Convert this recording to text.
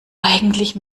eigentlich